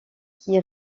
qui